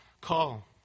call